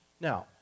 Now